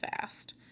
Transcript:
fast